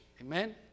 Amen